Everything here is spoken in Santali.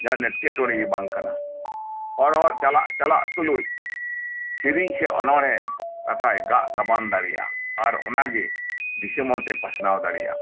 ᱡᱟᱦᱟᱱ ᱮᱴᱠᱮᱴᱚᱲᱮᱜᱮ ᱵᱟᱝᱠᱟᱱᱟ ᱦᱚᱨ ᱦᱚᱨ ᱪᱟᱞᱟᱜ ᱪᱟᱞᱟᱜ ᱛᱩᱞᱩᱡ ᱥᱮᱹᱨᱮᱹᱧ ᱥᱮ ᱚᱱᱚᱬᱦᱮ ᱠᱟᱛᱷᱟ ᱮ ᱜᱟᱜ ᱜᱟᱵᱟᱱ ᱫᱟᱲᱮᱭᱟᱜᱼᱟ ᱟᱨ ᱚᱱᱟᱜᱤ ᱫᱤᱥᱟᱹᱢ ᱦᱚᱲᱴᱷᱮᱱᱮ ᱯᱟᱥᱱᱟᱣ ᱫᱟᱲᱮᱭᱟᱜᱼᱟ